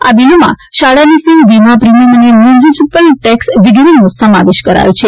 આ બીલોમાં શાળાની ફી વીમા પ્રિમીયમ અને મ્યુનીસીપલ ટેક્સ વગેરેનો સમાવેશ કરાયો છે